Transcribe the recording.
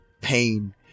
pain